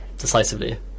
Decisively